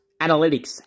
analytics